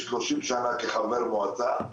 30 שנה כחבר מועצה,